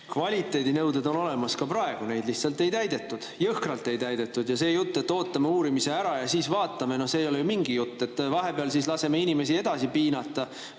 Kvaliteedinõuded on olemas ka praegu, neid lihtsalt ei täidetud, jõhkralt ei täidetud, ja see jutt, et ootame uurimise ära ja siis vaatame, ei ole ju mingi jutt. Vahepeal siis laseme inimesi rahumeeli edasi piinata,